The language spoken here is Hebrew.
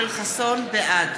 בעד